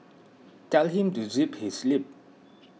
tell him to zip his lip